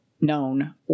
known